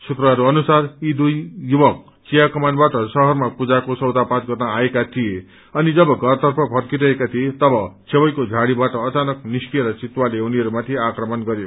सूत्रहरू अनुसार यी दुई युवक चियाकमानबाट शहरमा पूजाको सौदापात गर्न आएका थिए अनि जब घरतर्फ फर्किरहेका थिए तब छेवैको झाड़ीबाट अचानक निस्किएर चितुवाले उनीहरूमाथि आक्रमण गरयो